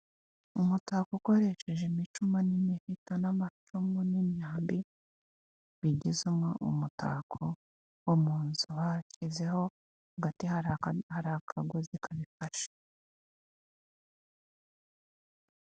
Umutako ukoresheje imicuma n'impeta n'amacumu n'imyambi bigizemo umutako wo mu nzu bagezeho hagati harika ngo zikanabifasha.